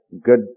good